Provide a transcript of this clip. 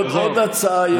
עוד הצעה יש לי.